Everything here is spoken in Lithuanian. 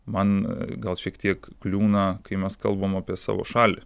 man gal šiek tiek kliūna kai mes kalbam apie savo šalį